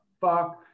fuck